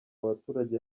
baturage